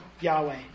Yahweh